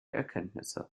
erkenntnisse